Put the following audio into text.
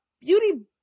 beauty